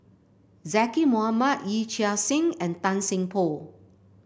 Zaqy Mohamad Yee Chia Hsing and Tan Seng Poh